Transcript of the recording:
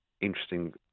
interesting